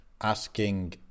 asking